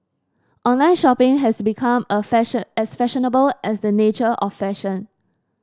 online shopping has become a fashion as fashionable as the nature of fashion